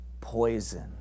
poison